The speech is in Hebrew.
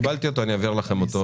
קיבלתי אותו ואעביר לכם.